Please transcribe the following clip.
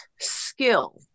skill